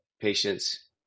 patients